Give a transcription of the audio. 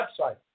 website